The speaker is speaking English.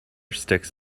sticks